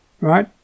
Right